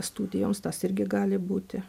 studijoms tas irgi gali būti